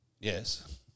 Yes